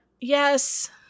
Yes